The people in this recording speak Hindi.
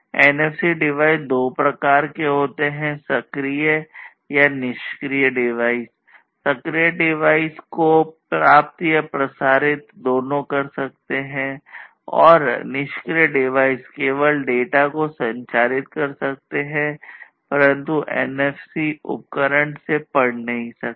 एनएफसी डिवाइस दो प्रकार के हो सकते हैं सक्रिय नहीं सकता